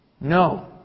No